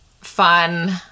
fun